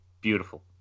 beautiful